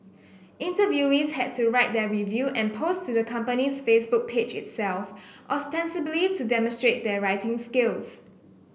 interviewees had to write their review and post to the company's Facebook page itself ostensibly to demonstrate their writing skills